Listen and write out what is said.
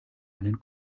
einen